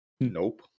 Nope